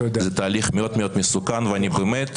זה תהליך מאוד מאוד מסוכן ואני באמת